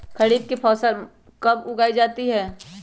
खरीफ की फसल कब उगाई जाती है?